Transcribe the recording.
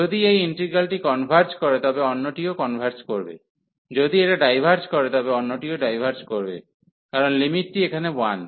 যদি এই ইন্টিগ্রালটি কনভার্জ করে তবে অন্যটিও কনভার্জ করবে যদি এটা ডাইভার্জ করে তবে অন্যটিও ডাইভার্জ করবে কারন লিমিটটি এখানে 1